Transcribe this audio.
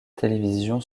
télévision